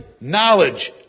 knowledge